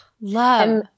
love